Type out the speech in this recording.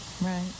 right